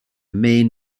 main